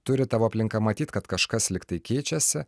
turi tavo aplinka matyt kad kažkas lygtai keičiasi